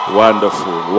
wonderful